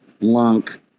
Lunk